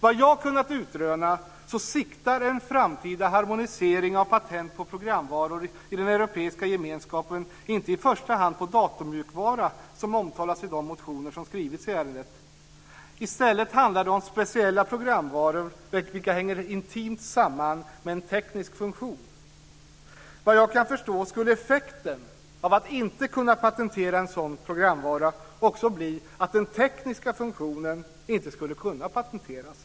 Vad jag har kunnat utröna så siktar en framtida harmonisering av patent på programvaror i den europeiska gemenskapen inte i första hand på datormjukvara som omtalas i de motioner som skrivits i ärendet. I stället handlar det om speciella programvaror vilka hänger intimt samman med en teknisk funktion. Vad jag kan förstå skulle effekten av att inte kunna patentera en sådan programvara också bli att den tekniska funktionen inte skulle kunna patenteras.